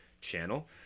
channel